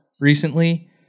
recently